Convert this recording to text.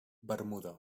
bermuda